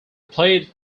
played